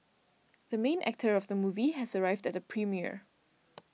the main actor of the movie has arrived at the premiere